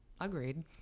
agreed